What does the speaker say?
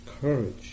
courage